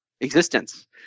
existence